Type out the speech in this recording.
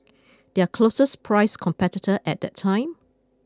their closest priced competitor at that time